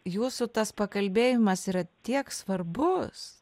jūsų tas pakalbėjimas yra tiek svarbus